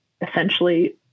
essentially